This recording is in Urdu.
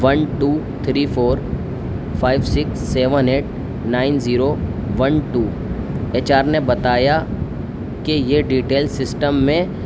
one two three four five six seven eight nine zero one two H R نے بتایا کہ یہ ڈیٹیل سسٹم میں